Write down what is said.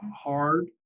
hard